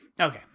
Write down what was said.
Okay